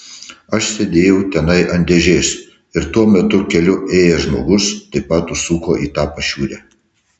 aš sėdėjau tenai ant dėžės ir tuo metu keliu ėjęs žmogus taip pat užsuko į tą pašiūrę